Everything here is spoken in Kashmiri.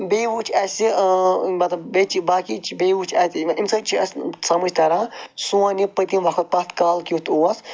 بیٚیہِ وٕچھ اَسہِ مطلب بیٚیہِ چھِ یہِ باقٕے چھِ بیٚیہِ وٕچھ اَتہِ اَمہِ سۭتۍ چھِ اَسہِ سَمجھ تران سون یہِ پٔتِم وقت پَتھ کال کیُتھ اوس